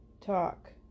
talk